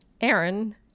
Aaron